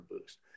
boost